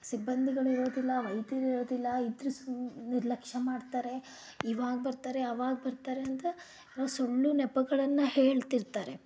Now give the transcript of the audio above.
ಸಿಬ್ಬಂದಿಗಳು ಇರೋದಿಲ್ಲ ವೈದ್ಯರು ಇರೋದಿಲ್ಲ ಇದ್ರೆ ಸೂ ನಿರ್ಲಕ್ಷ್ಯ ಮಾಡ್ತಾರೆ ಇವಾಗ ಬರ್ತಾರೆ ಆವಾಗ ಬರ್ತಾರೆ ಅಂತ ಸುಳ್ಳು ನೆಪಗಳನ್ನು ಹೇಳ್ತಿರ್ತಾರೆ